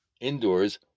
indoors